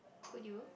could you